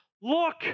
look